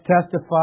testify